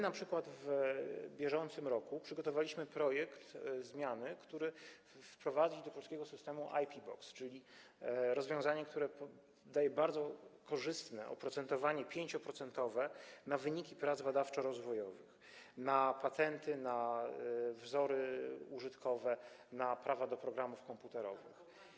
Na przykład w bieżącym roku przygotowaliśmy projekt zmiany, która wprowadzi do polskiego systemu IP Box, czyli rozwiązanie, które daje bardzo korzystne oprocentowanie, 5-procentowe, na wyniki prac badawczo-rozwojowych, na patenty, na wzory użytkowe, na prawa do programów komputerowych.